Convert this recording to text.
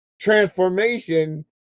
transformation